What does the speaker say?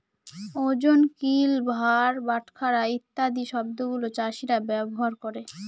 ওজন, কিল, ভার, বাটখারা ইত্যাদি শব্দগুলা চাষীরা ব্যবহার করে